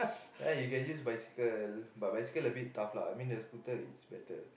ya you can use bicycle but bicycle a bit tough lah I mean the scooter is better